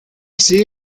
sigue